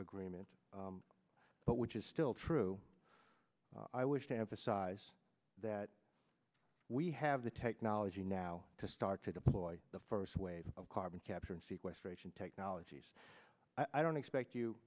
agreement but which is still true i wish to emphasize that we have the technology now to start to deploy the first wave of carbon capture and sequestration technologies i don't expect you